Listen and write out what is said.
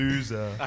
Loser